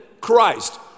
Christ